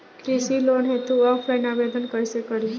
कृषि लोन हेतू ऑफलाइन आवेदन कइसे करि?